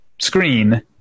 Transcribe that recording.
screen